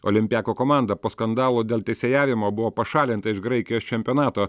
olympiako komanda po skandalo dėl teisėjavimo buvo pašalinta iš graikijos čempionato